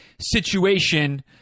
situation